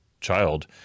child